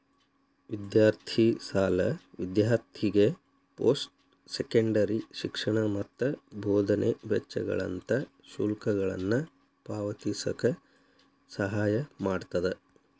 ವಿದ್ಯಾರ್ಥಿ ಸಾಲ ವಿದ್ಯಾರ್ಥಿಗೆ ಪೋಸ್ಟ್ ಸೆಕೆಂಡರಿ ಶಿಕ್ಷಣ ಮತ್ತ ಬೋಧನೆ ವೆಚ್ಚಗಳಂತ ಶುಲ್ಕಗಳನ್ನ ಪಾವತಿಸಕ ಸಹಾಯ ಮಾಡ್ತದ